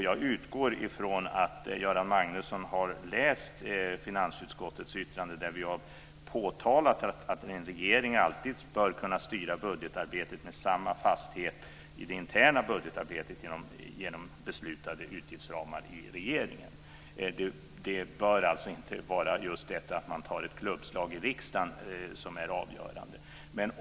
Jag utgår ifrån att Göran Magnusson har läst finansutskottets yttrande där vi har påtalat att en regering alltid bör kunna styra budgetarbetet med samma fasthet i det interna budgetarbetet genom beslutade utgiftsramar i regeringen. Det bör alltså inte vara just detta att riksdagen gör ett klubbslag som är avgörande.